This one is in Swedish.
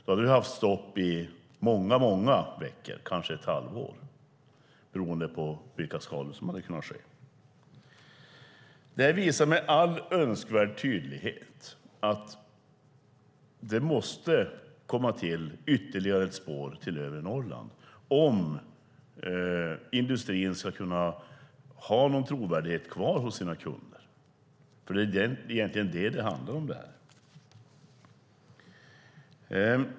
Då hade vi haft stopp i många veckor, kanske ett halvår, beroende på skadorna. Det visar med all önskvärd tydlighet att det måste bli ytterligare ett spår till övre Norrland om industrin ska kunna ha någon trovärdighet kvar hos sina kunder, för det är ju egentligen det som det handlar om.